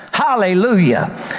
Hallelujah